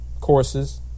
courses